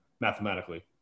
mathematically